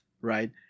Right